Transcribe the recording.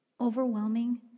overwhelming